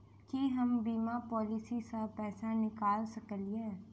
की हम बीमा पॉलिसी सऽ पैसा निकाल सकलिये?